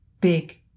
big